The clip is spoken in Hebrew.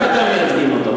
רק אתם מייצגים אותו,